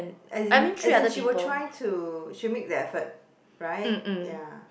as in as in she will try to she'll make the effort right ya